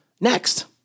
next